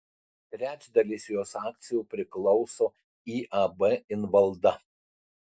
trečdalis jos akcijų priklauso iab invalda